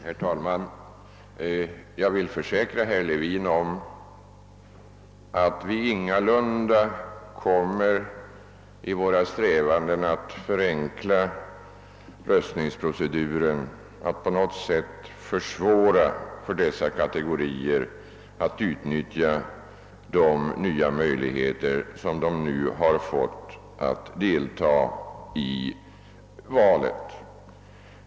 Herr talman! Jag vill försäkra herr Levin att vi i våra strävanden att förenkla röstningsproceduren ingalunda kommer att försvåra för dessa kategorier — sjuka, invalider och åldringar — att utnyttja de nya möjligheter som de nu har fått att delta i valet.